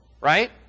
right